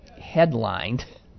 headlined